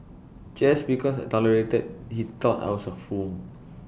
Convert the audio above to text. just because I tolerated he thought I was A fool